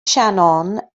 shannon